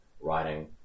writing